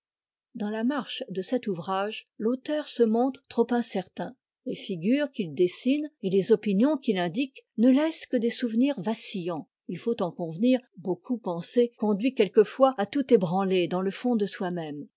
dans la marche de cet ouvrage l'auteur se montre trop incertain les figures qu'il dessine et les opinions qu'il indique ne laissent que des souvenirs vacillants il faut en convenir beaucoup penser conduit quelquefois à tout ébranler dans le fond de soi-même